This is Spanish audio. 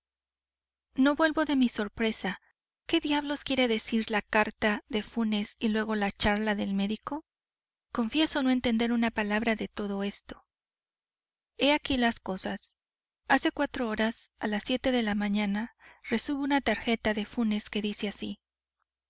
no vuelvo de mi sorpresa qué diablos quieren decir la carta de funes y luego la charla del médico confieso no entender una palabra de todo esto he aquí las cosas hace cuatro horas a las de la mañana recibo una tarjeta de funes que dice así